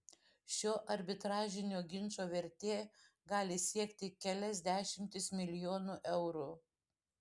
šio arbitražinio ginčo vertė gali siekti kelias dešimtis milijonų eurų